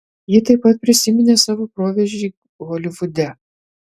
ji taip pat prisiminė savo proveržį holivude